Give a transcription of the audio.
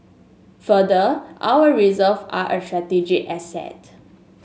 further our reserve are a strategic asset